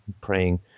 praying